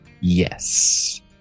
yes